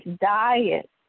diet